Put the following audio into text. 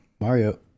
Mario